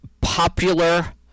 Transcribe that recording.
popular